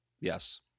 Yes